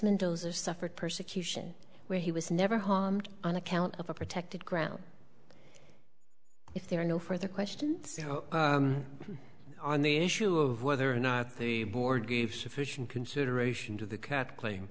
mendoza suffered persecution where he was never harmed on account of a protected ground if there are no further questions on the issue of whether or not the board gave sufficient consideration to the cat claim